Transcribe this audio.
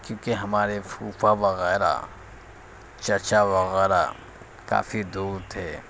کیونکہ ہمارے پھوپھا وغیرہ چچا وغیرہ کافی دور تھے